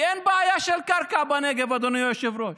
כי אין בעיה של קרקע בנגב, אדוני היושב-ראש.